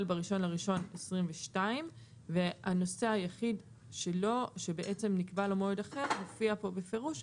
ביום 1 בינואר 2022. הנושא היחיד שנקבע לו מועד אחר מופיע פה בפירוש,